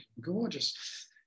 gorgeous